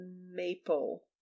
Maple